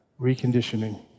reconditioning